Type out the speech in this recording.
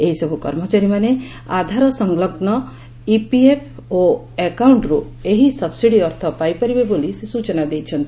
ଏହିସବୁ କର୍ମଚାରୀମାନେ ଆଧାର ସଂଲଗ୍ନ ଇପିଏଫ୍ ଓ ଆକାଉଣ୍ଟ୍ରୁ ଏହି ସବ୍ସିଡି ଅର୍ଥ ପାଇପାରିବେ ବୋଲି ସେ ସ୍ଟଚନା ଦେଇଛନ୍ତି